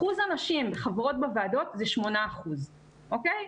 אחוז הנשים החברות בוועדות זה 8%, אוקיי?